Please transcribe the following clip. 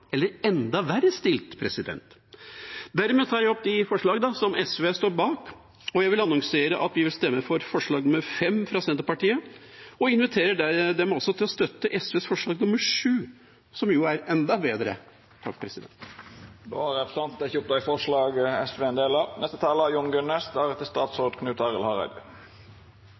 eller enda verre stilt. Dermed tar jeg opp de forslagene som SV står bak. Jeg vil annonsere at vi vil stemme for forslag nr. 5, fra Senterpartiet, og inviterer dem til å støtte forslag nr. 7, fra SV, som jo er enda bedre. Representanten Arne Nævra har teke opp dei forslaga han refererte til. Det har vært et stort engasjement rundt fergepriser og hurtigbåtpriser, som litt av